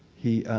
he